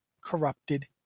corrupted